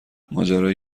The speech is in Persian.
ماجرای